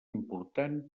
important